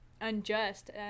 unjust